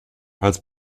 als